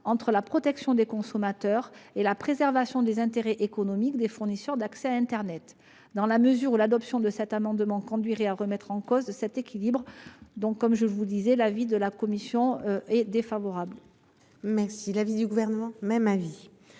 entre la protection des consommateurs et la préservation des intérêts économiques des fournisseurs d'accès à internet. Dans la mesure où l'adoption de cet amendement conduirait à remettre en cause cet équilibre, je demande son retrait ; à défaut, l'avis de la commission sera défavorable. Quel est l'avis du Gouvernement ? Même avis.